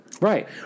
Right